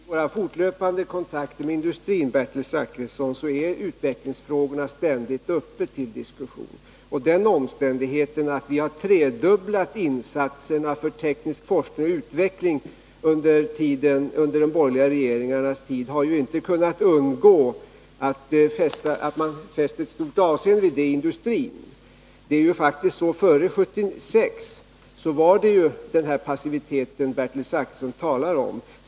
Fru talman! I våra fortlöpande kontakter med industrin, Bertil Zachrisson, är utvecklingsfrågorna ständigt uppe till diskussion. Den omständigheten att vi har tredubblat insatserna för teknisk forskning och utveckling under de borgerliga regeringarnas tid har industrin inte kunnat undgå att fästa stort avseende vid. Före 1976 rådde den passivitet som Bertil Zachrisson talar om.